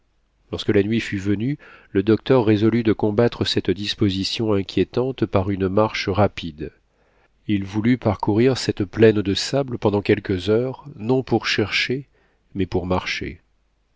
lorsque la nuit fut venue le docteur résolut de combattre cette disposition inquiétante par une marche rapide il voulut parcourir cette plaine de sable pendant quelques heures non pour chercher mais pour marcher